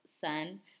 sun